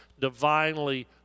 divinely